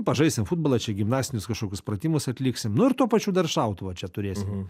pažaisim futbolą čia gimnastinius kažkokius pratimus atliksim nu ir tuo pačiu dar šautuvą čia turėsim